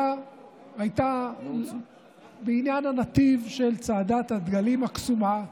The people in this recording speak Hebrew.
הייתה בעניין הנתיב של צעדת הדגלים הקסומה,